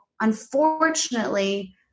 unfortunately